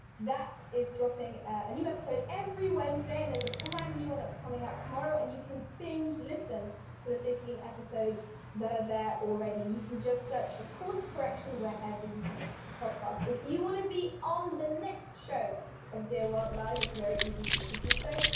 that is dropping, a new episode every wednesday and there's a brand new one that's coming out tomorrow and you can binge listen to the fifteen episodes that are there already. you can just search for course correction wherever you get a podcast. if you wanna be on the next show of dearworld live, it's very easy for you to do so.